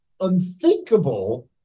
unthinkable